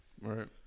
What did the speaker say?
Right